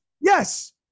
yes